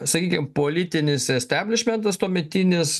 sakykim politinis esteblišmentas tuometinis